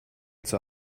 zur